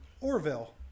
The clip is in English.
Orville